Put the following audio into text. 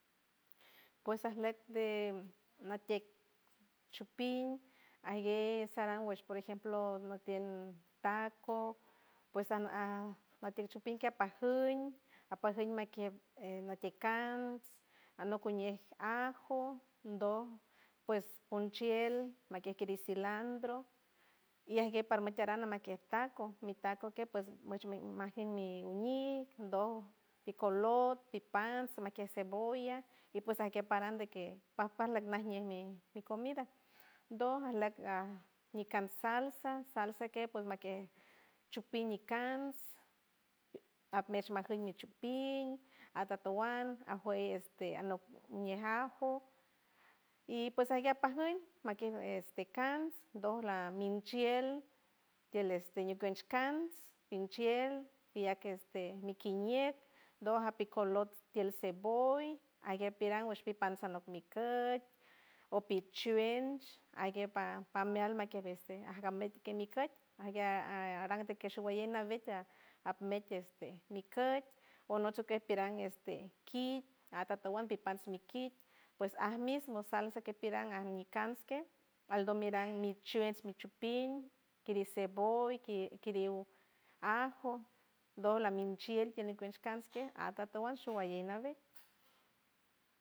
Pues arlek de natiet chupin ague saran guesh por ejemplo no tien taco pues a notien chupin que apajuim apojuim notion cans anok cuñe ajo ndo pues unchield maken kirin cilantro y aguer parmatiaran makie taco mi taco que pues machuxme magen mi uñij ndo ti color ti pans makie cebolla y pues arkeparan de que par pal ajñe mi comida ndo alak a ñi can salsa salsa que pues make chupin ñicans apmesh majem mai chupin atotowan ajoy este anok ñin ajo y pues aguej pajoy makei este cans do la minchield tield este ñicoñs cans inchield y aque este mikiñe do api colots tield ceboy ague piran guash mi pans anok micoit o pitchuen ague pa pa mi alma que este agamet que mi coit ague a a aran de que shuguañe naveta apmiet este mi coit onok shukey piran este ki atotowan mi pans mi kit pues al mismo salsa que piran añi cans que aldo miran mi chuens mi chupin kirim ceboll kiriuw ajo do lamin chield ti anicueñ cans que atotowan shuguaye navet.